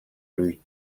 lui